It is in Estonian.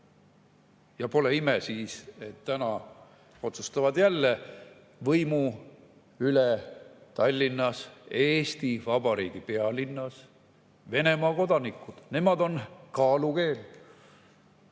Pole siis ime, et täna otsustavad jälle võimu üle Tallinnas, Eesti Vabariigi pealinnas, Venemaa kodanikud. Nemad on kaalukeel.